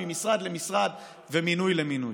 ממשרד למשרד וממינוי למינוי,